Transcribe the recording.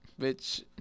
Bitch